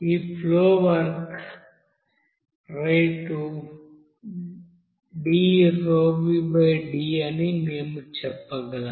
ఈ flow work rate dd అని మేము చెప్పగలం